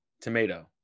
tomato